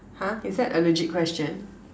!huh! is that a legit question